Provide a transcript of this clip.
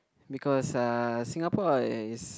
because uh Singapore has